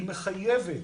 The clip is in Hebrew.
היא מחייבת.